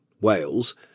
Wales